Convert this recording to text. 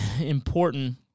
important